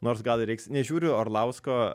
nors gal ir reiks nežiūriu orlausko